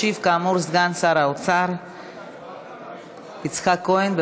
ישיב, כאמור, סגן שר האוצר יצחק כהן.